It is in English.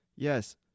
Yes